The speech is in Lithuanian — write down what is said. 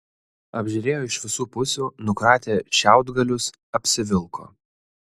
apžiūrėjo iš visų pusių nukratė šiaudgalius apsivilko